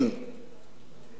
זה עד כדי כך,